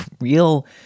real